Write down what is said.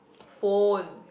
phone